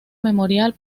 memorial